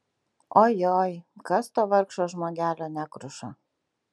ojoj kas to vargšo žmogelio nekruša